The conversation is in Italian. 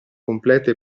completo